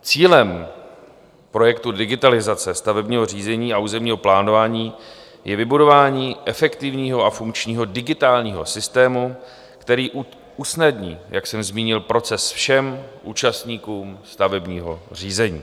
Cílem projektu digitalizace stavebního řízení a územního plánování je vybudování efektivního a funkčního digitálního systému, který usnadní, jak jsem zmínil, proces všem účastníkům stavebního řízení.